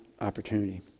opportunity